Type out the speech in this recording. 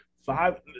Five